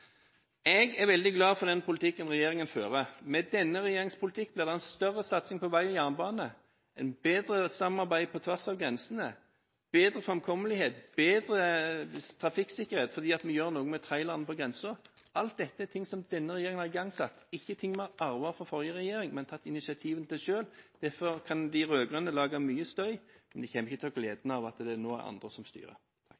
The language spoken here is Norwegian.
Jeg er veldig glad for den politikken regjeringen fører. Med denne regjeringens politikk blir det en større satsing på vei og jernbane, et bedre samarbeid på tvers av grensene, bedre fremkommelighet og bedre trafikksikkerhet, fordi vi gjør noe med trailerne på grensen. Alt dette er ting som denne regjeringen har igangsatt – ikke ting vi har arvet fra den forrige regjeringen, men som vi har tatt initiativ til selv. Derfor kan de rød-grønne lage mye støy, men de kommer ikke til å